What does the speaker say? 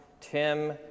Tim